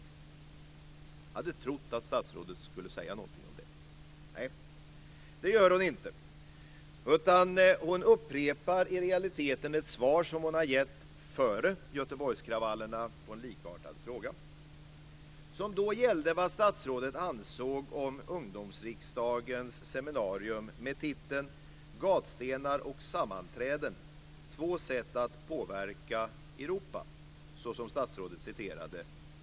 Jag hade trott att statsrådet skulle säga någonting om det, men det gör hon inte. Hon upprepar i realiteten ett svar som hon har gett före Göteborgskravallerna på en likartad fråga som då gällde vad statsrådet ansåg om ungdomsriksdagens seminarium med titeln Gatstenar & Sammanträden - Två sätt att påverka Europa, som statsrådet refererade.